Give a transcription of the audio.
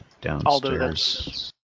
downstairs